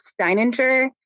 Steininger